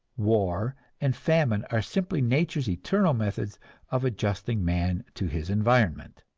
war and famine are simply nature's eternal methods of adjusting man to his environment.